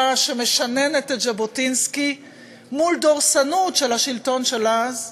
שמשננת את ז'בוטינסקי מול דורסנות של השלטון של אז,